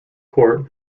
court